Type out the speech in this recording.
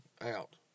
out